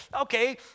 Okay